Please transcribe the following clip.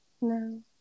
No